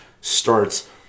starts